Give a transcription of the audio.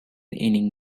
inning